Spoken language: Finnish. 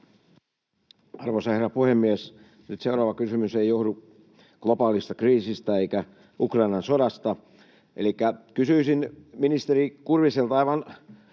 Arvoisa herra puhemies! Nyt seuraava kysymys ei johdu globaalista kriisistä eikä Ukrainan sodasta, elikkä kysyisin ministeri Kurviselta aivan